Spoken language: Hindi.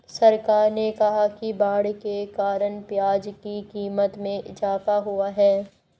सरकार ने कहा कि बाढ़ के कारण प्याज़ की क़ीमत में इजाफ़ा हुआ है